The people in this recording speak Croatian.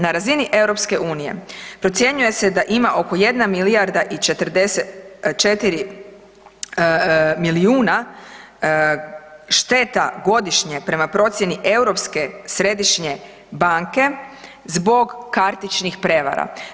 Na razini EU procjenjuje se da ima oko 1 milijarda i 44 milijuna šteta godišnje prema procijeni Europske središnje banke zbog kartičnih prevara.